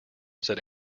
said